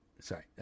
Sorry